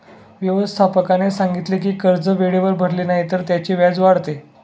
व्यवस्थापकाने सांगितले की कर्ज वेळेवर भरले नाही तर त्याचे व्याज वाढते